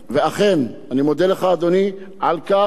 ודיברנו לא פעם ולא פעמיים, זה היה הנושא